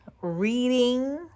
reading